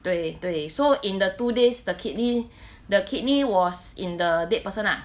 对对 so in the two days the kidney the kidney was in the dead person lah